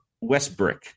Westbrook